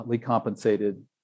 compensated